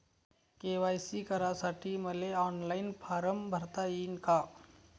KYC करासाठी मले online form भरता येईन का?